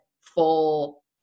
full